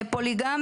דיבר על פוליגמיה,